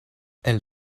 evel